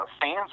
fans